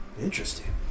Interesting